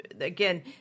again